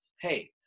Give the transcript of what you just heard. Hey